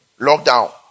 lockdown